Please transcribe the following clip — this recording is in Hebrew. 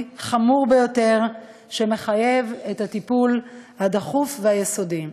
חמור ביותר שמחייב טיפול דחוף ויסודי.